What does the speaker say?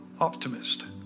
optimist